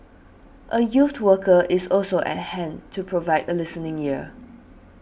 a youth worker is also at hand to provide a listening ear